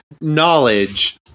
knowledge